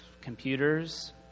computers